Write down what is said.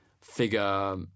figure